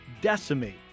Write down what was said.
decimate